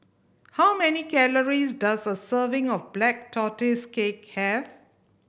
how many calories does a serving of Black Tortoise Cake have